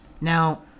Now